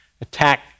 attack